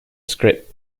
script